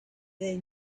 they